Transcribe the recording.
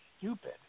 stupid